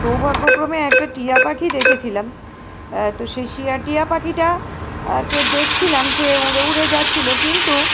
সৌভাগ্যক্রমে একটা টিয়া পাখি দেখেছিলাম তো সেই শয়া টিয়া পাখিটা ক দেখছিলাম সে উড়ে উড়ে যাচ্ছিলো কিন্তু